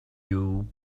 you